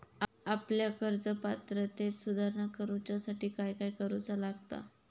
आपल्या कर्ज पात्रतेत सुधारणा करुच्यासाठी काय काय करूचा लागता?